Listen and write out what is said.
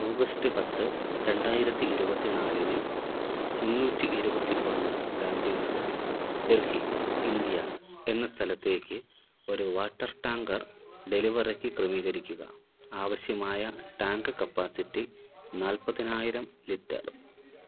August പത്ത് രണ്ടായിരത്തി ഇരുപത്തി നാലിന് മുന്നൂറ്റി ഇരുപത്തി ഒന്ന് ഗാന്ധി നഗർ ഡൽഹി ഇന്ത്യ എന്ന സ്ഥലത്തേക്ക് ഒരു വാട്ടർ ടാങ്കർ ഡെലിവറിക്ക് ക്രമീകരിക്കുക ആവശ്യമായ ടാങ്ക് കപ്പാസിറ്റി നാൽപ്പതിനായിരം ലിറ്റർ